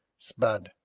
s'bud!